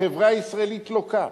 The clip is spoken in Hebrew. החברה הישראלית לוקה,